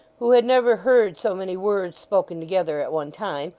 who had never heard so many words spoken together at one time,